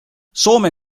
soome